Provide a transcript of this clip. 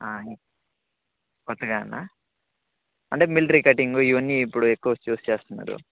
కొత్తగానా అంటే military cutting ఇవన్నీ ఇప్పుడు ఎక్కువ చూస్ చేస్తున్నారు